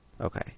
Okay